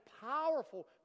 powerful